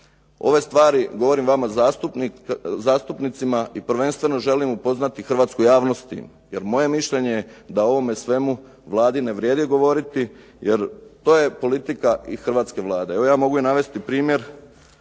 Ove stvari govorim vama zastupnicima i prvenstveno želim upoznati hrvatsku javnost, jer moje mišljenje je da ovome svemu Vladi ne vrijedi govoriti, jer to je politika i hrvatske Vlade. Evo ja mogu i navesti primjer